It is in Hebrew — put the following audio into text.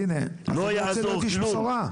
לא יעזור כלום.